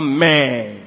Amen